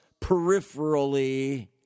peripherally